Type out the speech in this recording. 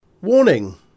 Warning